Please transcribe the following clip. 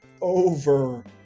over